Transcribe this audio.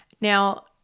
Now